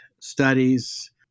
studies